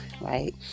right